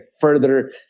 further